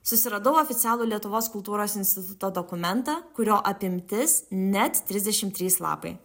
susiradau oficialų lietuvos kultūros instituto dokumentą kurio apimtis net trisdešimt trys lapai